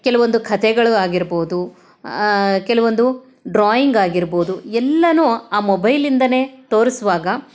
ಕೆಲವೊಂದು ಕಥೆಗಳು ಆಗಿರ್ಬೋದು ಕೆಲವೊಂದು ಡ್ರಾಯಿಂಗ್ ಆಗಿರ್ಬೋದು ಎಲ್ಲನೂ ಆ ಮೊಬೈಲಿಂದನೇ ತೋರಿಸುವಾಗ